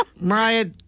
Mariah